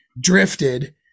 drifted